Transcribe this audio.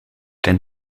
denn